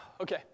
Okay